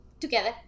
together